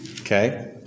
Okay